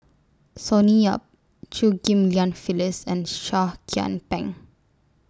Sonny Yap Chew Ghim Lian Phyllis and Seah Kian Peng